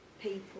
people